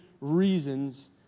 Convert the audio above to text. reasons